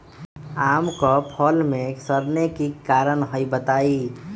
आम क फल म सरने कि कारण हई बताई?